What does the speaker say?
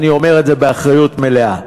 אני אומר את זה באחריות מלאה.